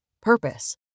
purpose